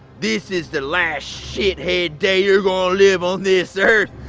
this is the last shithead day you're gonna live on this earth.